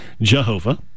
Jehovah